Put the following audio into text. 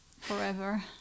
forever